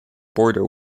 border